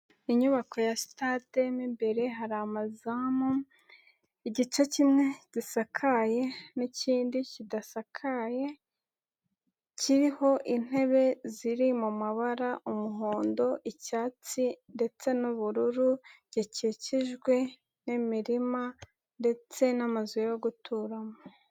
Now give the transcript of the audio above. Inyubako ya sitade mu imbere hari amazamu, igice kimwe gisakaye n'ikindi kidasakaye kiriho intebe ziri mu mabara umuhondo, icyatsi ndetse n'ubururu, gikikijwe n'imirima ndetse n'amazu yo guturamo.